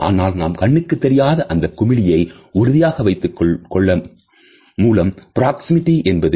ஆனால் நாம் கண்ணுக்குத் தெரியாத அந்த குமிழியை உறுதியாக வைத்துக் கொள்ள மூலம் பிராக்சேமிக்ஸ் ஏற்படுகிறது